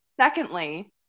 secondly